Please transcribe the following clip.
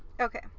Okay